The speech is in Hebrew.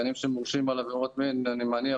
שחקנים שמורשעים בעבירות מין אני מניח